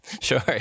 Sure